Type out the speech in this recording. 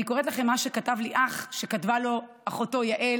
אני קוראת לכם מה שכתב לי אח שאחותו יעל